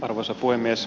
arvoisa puhemies